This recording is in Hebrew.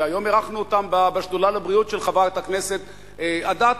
והיום אירחנו אותם בשדולה לבריאות של חברת הכנסת אדטו.